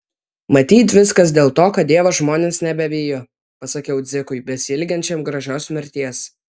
matyt viskas dėl to kad dievo žmonės nebebijo pasakiau dzikui besiilginčiam gražios mirties